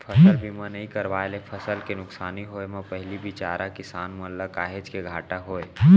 फसल बीमा नइ करवाए ले फसल के नुकसानी होय म पहिली बिचारा किसान मन ल काहेच के घाटा होय